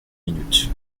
minutes